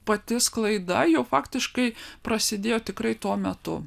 pati sklaida jau faktiškai prasidėjo tikrai tuo metu